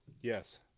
Yes